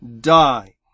die